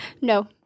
no